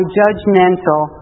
judgmental